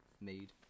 made